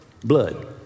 blood